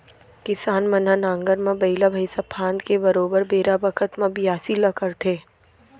किसान मन ह नांगर म बइला भईंसा फांद के बरोबर बेरा बखत म बियासी ल करथे